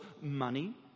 money